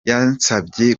yansabye